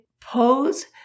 pose